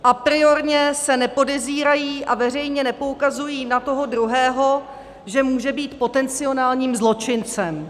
Apriorně se nepodezírají a veřejně nepoukazují na toho druhého, že může být potenciálním zločincem.